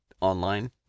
online